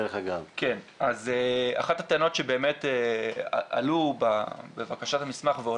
כן, אז אחת הטענות שעלתה בבקשת המסמך, וזה